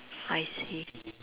I see